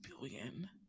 billion